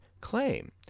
claim